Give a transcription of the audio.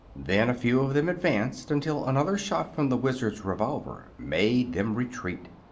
then a few of them advanced until another shot from the wizard's revolver made them retreat.